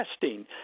testing